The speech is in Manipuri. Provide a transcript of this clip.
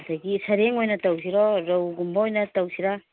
ꯑꯗꯒꯤ ꯁꯔꯦꯡ ꯑꯣꯏꯅ ꯇꯧꯁꯤꯔꯣ ꯔꯧꯒꯨꯝꯕ ꯑꯣꯏꯅ ꯇꯧꯁꯤꯔꯥ